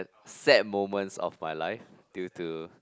sad moments of my life due to